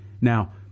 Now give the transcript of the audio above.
Now